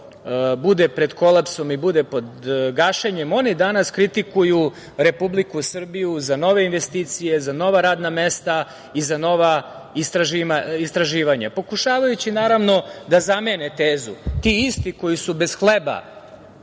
bude pred kolapsom i bude pred gašenjem, oni danas kritikuju Republiku Srbiju za nove investicije, za nova radna mesta i za nova istraživanja, pokušavajući, naravno, da zamene tezu. Ti isti koji su bez hleba